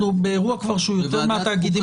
אנחנו כבר באירוע שהוא יותר מן התאגידים שלכם.